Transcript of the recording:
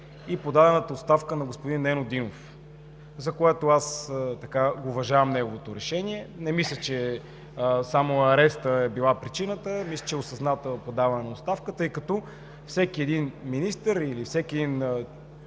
и подадената оставка на господин Нено Димов, за която аз уважавам неговото решение. Не мисля, че само арестът е бил причината. Мисля, че е осъзната подадена оставка, тъй като всеки един министър или всеки един